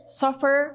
suffer